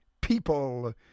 people